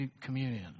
communion